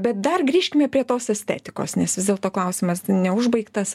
bet dar grįžkime prie tos estetikos nes vis dėlto klausimas neužbaigtas